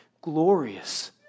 glorious